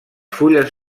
fulles